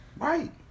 Right